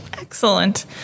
Excellent